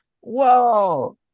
Whoa